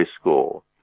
school